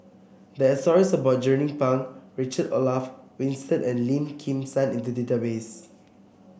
there are stories about Jernnine Pang Richard Olaf Winstedt and Lim Kim San in the database